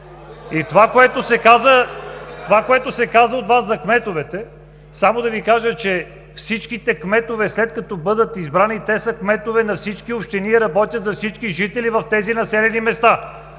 Това, което се каза от Вас за кметовете – само да Ви кажа, че всичките кметове, след като бъдат избрани, са кметове на всички общини и работят за всички жители в тези населени места.